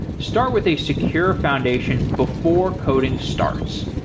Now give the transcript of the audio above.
start with a secure foundation before coding starts.